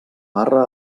barra